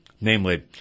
namely